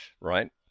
right